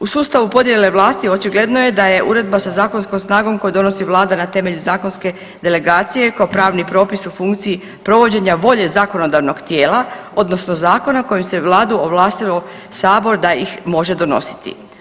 U sustavu podjele vlasti očigledno je da je uredba sa zakonskom snagom koju donosi Vlada na temelju zakonske delegacije kao pravni propis u funkciji volje zakonodavnog tijela odnosno zakona kojim se Vladu ovlastilo Sabor da ih može donositi.